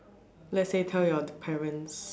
let say tell your parents